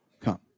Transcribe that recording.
come